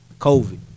COVID